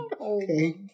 Okay